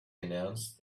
announced